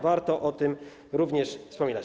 Warto o tym również wspominać.